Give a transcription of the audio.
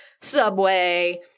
Subway